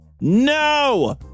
No